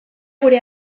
gure